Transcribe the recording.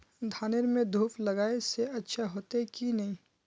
धानेर में धूप लगाए से अच्छा होते की नहीं?